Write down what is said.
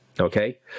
Okay